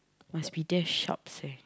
must be there sharp seh